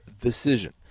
decision